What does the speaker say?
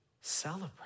celebrate